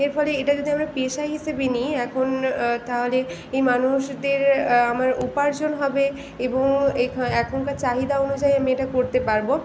এর ফলে এটা যদি আমরা পেশা হিসেবে নিই এখন তাহলে এই মানুষদের আমার উপার্জন হবে এবং এখা এখনকার চাহিদা অনুযায়ী আমি এটা করতে পারব